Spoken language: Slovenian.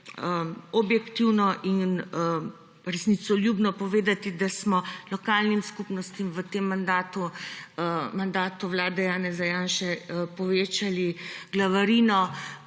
objektivno in resnicoljubno povedati, da smo lokalnim skupnostim v tem mandatu, mandatu vlade Janeza Janše povečali glavarino,